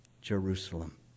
Jerusalem